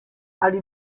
ali